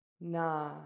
NA